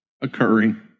occurring